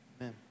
Amen